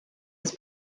was